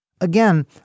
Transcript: Again